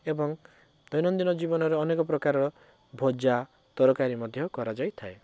ଏବଂ ଦୈନନ୍ଦୀନ ଜୀବନରେ ଅନେକ ପ୍ରକାର ଭଜା ତରକାରୀ ମଧ୍ୟ କରାଯାଇଥାଏ